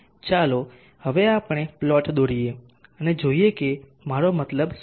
ચાલો હવે આપણે પ્લોટ દોરીએ અને જોઈએ કે મારો મતલબ શું છે